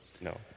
no